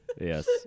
Yes